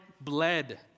bled